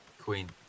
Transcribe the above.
queen